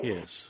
Yes